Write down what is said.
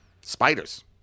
Spiders